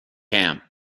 camp